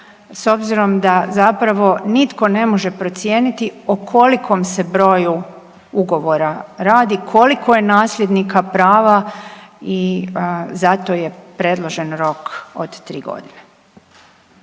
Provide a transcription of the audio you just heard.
s obzirom da zapravo nitko ne može procijeniti o kolikom se broju ugovora radi, koliko je nasljednika prava i zato je predložen rok od 3.g..